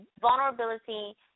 vulnerability